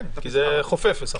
כן, זה חופף בסך הכול.